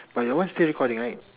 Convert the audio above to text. but your one still recording right